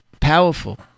powerful